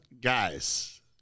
guys